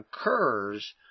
occurs